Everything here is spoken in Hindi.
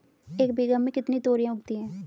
एक बीघा में कितनी तोरियां उगती हैं?